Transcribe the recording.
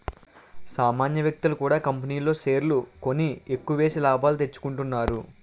సామాన్య వ్యక్తులు కూడా కంపెనీల్లో షేర్లు కొని ఎక్కువేసి లాభాలు తెచ్చుకుంటున్నారు